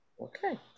Okay